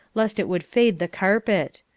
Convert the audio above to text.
lest it would fade the carpet.